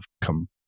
come